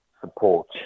support